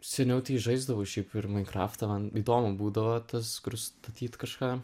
seniau tai žaisdavau šiaip ir mainkraftą man įdomu būdavo tas kur statyt kažką